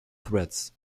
threads